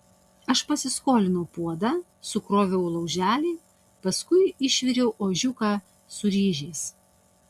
aš pasiskolinau puodą sukroviau lauželį paskui išviriau ožiuką su ryžiais